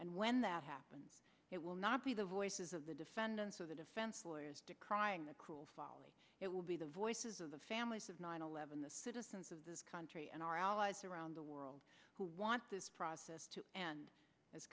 and when that happens it will not be the voices of the defendants of the defense lawyers decrying the cruel folly it will be the voices of the families of nine eleven the citizens of this country and our allies around the world who want this process to and